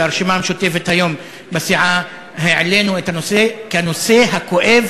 והרשימה המשותפת העלתה היום בסיעה את הנושא כנושא הכואב,